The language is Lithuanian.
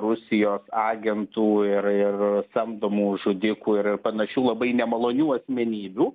rusijos agentų ir ir samdomų žudikų ir ir panašių labai nemalonių asmenybių